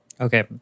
Okay